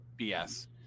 BS